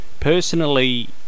Personally